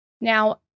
Now